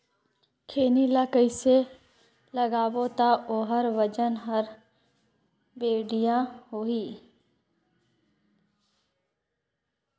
खैनी ला कइसे लगाबो ता ओहार वजन हर बेडिया होही?